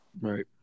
Right